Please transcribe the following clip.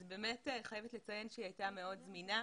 אז אני חייבת לציין שהיא הייתה מאוד זמינה,